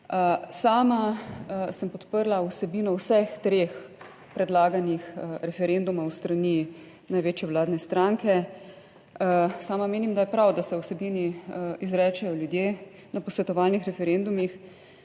Sama sem podprla vsebino vseh treh predlaganih referendumov s strani največje vladne stranke. Sama menim, da je prav, da se o vsebini izrečejo ljudje na posvetovalnih referendumih.